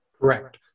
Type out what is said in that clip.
Correct